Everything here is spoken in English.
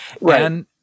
Right